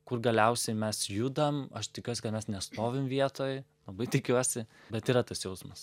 kur galiausiai mes judam aš tikiuos kad mes nestovim vietoj labai tikiuosi bet yra tas jausmas